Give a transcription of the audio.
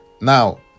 Now